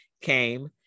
came